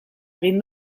egin